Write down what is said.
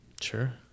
sure